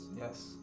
Yes